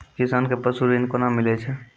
किसान कऽ पसु ऋण कोना मिलै छै?